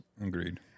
Agreed